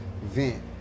vent